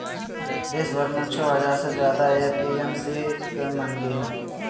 देशभर में छो हजार से ज्यादे ए.पी.एम.सी के मंडि हई